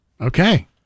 okay